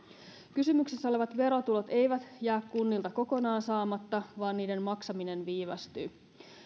kysymyksessä olevat verotulot eivät jää kunnilta kokonaan saamatta vaan niiden maksaminen viivästyy